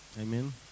amen